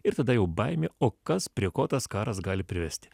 ir tada jau baimė o kas prie ko tas karas gali privesti